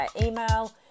email